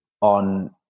on